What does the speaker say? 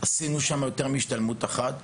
עשיתי שם יותר מהשתלמות אחת.